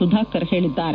ಸುಧಾಕರ್ ಹೇಳಿದ್ದಾರೆ